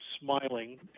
smiling